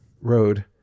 road